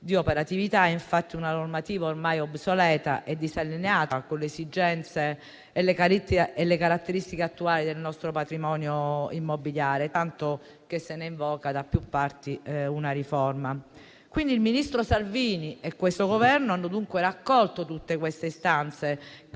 di operatività, è infatti una normativa ormai obsoleta e disallineata con le esigenze e le caratteristiche attuali del nostro patrimonio immobiliare, tanto che da più parti se ne invoca una riforma. Il ministro Salvini e questo Governo hanno dunque raccolto tutte queste istanze